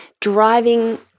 driving